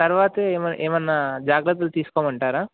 తర్వాత ఏమ ఏమైనా జాగ్రత్తలు తీసుకోమంటారా